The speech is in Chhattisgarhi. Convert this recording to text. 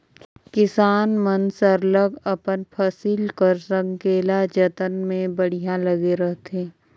किसान मन सरलग अपन फसिल कर संकेला जतन में बड़िहा लगे रहथें